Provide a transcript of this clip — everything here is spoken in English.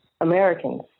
americans